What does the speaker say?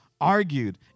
argued